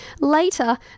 Later